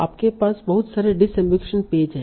आपके पास बहुत सारे डिसअम्बिगुईशन पेज हैं